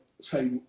say